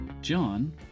John